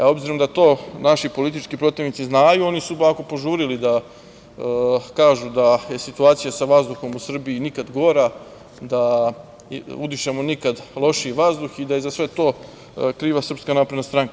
Obzirom da to naši politički protivnici znaju, oni su ovako požurili da kažu da je situacija u Srbiji sa vazduhom, nikad gora, da udišemo nikad lošiji vazduh, i da je za sve to kriva SNS.